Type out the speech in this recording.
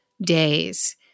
days